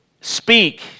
speak